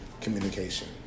communication